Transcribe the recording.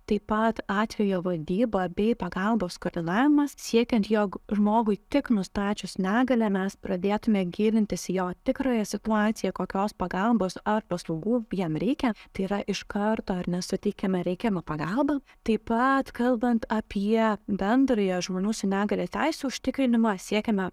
taip pat atvejo vadyba bei pagalbos koordinavimas siekiant jog žmogui tik nustačius negalią mes pradėtume gilintis į jo tikrąją situaciją kokios pagalbos ar paslaugų jam reikia tai yra iš karto ar nesuteikiame reikiamą pagalbą taip pat kalbant apie bendrąją žmonių su negalia teisių užtikrinimą siekiame